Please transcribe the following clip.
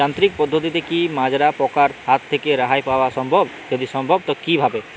যান্ত্রিক পদ্ধতিতে কী মাজরা পোকার হাত থেকে রেহাই পাওয়া সম্ভব যদি সম্ভব তো কী ভাবে?